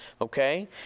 okay